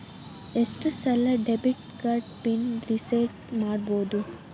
ಎಷ್ಟ ಸಲ debit card pin reset ಮಾಡಬೋದು